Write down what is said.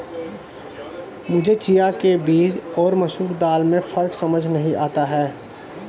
मुझे चिया के बीज और मसूर दाल में फ़र्क समझ नही आता है